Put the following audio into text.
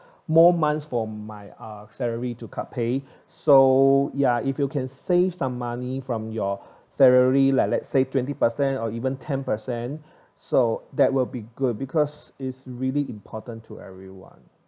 more months for my uh salary to cut pay so ya if you can save some money from your february like let's say twenty percent or even ten percent so that will be good because it's really important to everyone